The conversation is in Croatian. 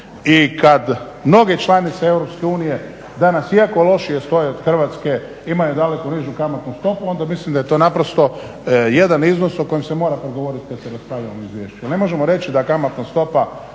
i kada mnoge članice EU danas iako lošije stoje od Hrvatske imaju daleko nižu kamatnu stopu, onda mislim da je to naprosto jedan iznos o kojem se mora progovoriti kad se raspravlja o izvješću. Ne možemo reći da kamatna stopa